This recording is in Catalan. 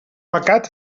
pecat